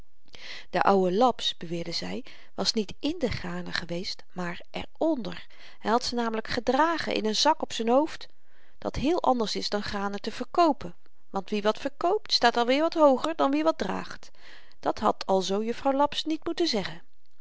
de oude laps beweerde zy was niet in de granen geweest maar er onder hy had ze namelyk gedragen in n zak op z'n hoofd dat heel anders is dan granen te verkoopen want wie wat verkoopt staat alweer wat hooger dan wie wat draagt dat had alzoo juffrouw laps niet moeten zeggen